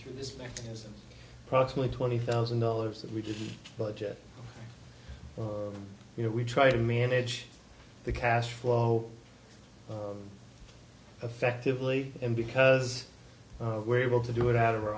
through this mechanism approximately twenty thousand dollars that we just budget oh you know we try to manage the cash flow effectively and because we're able to do it out o